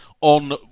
on